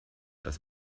das